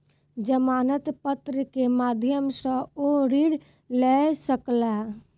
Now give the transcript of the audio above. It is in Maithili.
जमानत पत्र के माध्यम सॅ ओ ऋण लय सकला